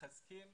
מחזקים